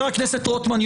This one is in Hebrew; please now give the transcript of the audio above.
חבר הכנסת רוטמן,